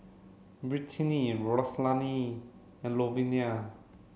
Brittney Rosalia and Louvenia